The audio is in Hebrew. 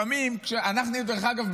דרך אגב,